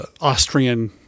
Austrian